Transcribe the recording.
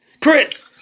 Chris